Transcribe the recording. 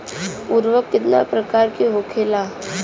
उर्वरक कितना प्रकार के होखेला?